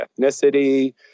ethnicity